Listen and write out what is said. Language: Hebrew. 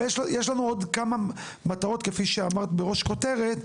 ויש לנו עוד כמה מטרות כפי שאמרת בראש כותרת,